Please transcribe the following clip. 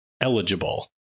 eligible